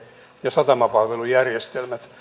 ja satamapalvelujärjestelmät